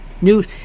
news